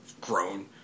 grown